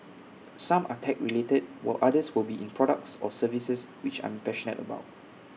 some are tech related while others will be in products or services which I'm passionate about